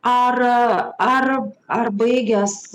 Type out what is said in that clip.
ar ar ar baigęs